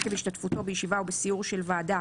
עקב השתתפותו בישיבה או בסיור של ועדה,